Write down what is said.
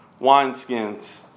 wineskins